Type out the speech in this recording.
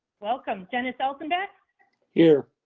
welcome dennis alphabet here.